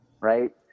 right